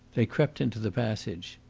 they crept into the passage.